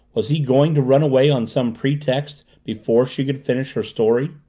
was he going to run away on some pretext before she could finish her story?